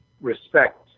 respect